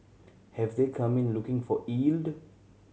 have they come in looking for yield